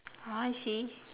ah I see